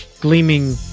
gleaming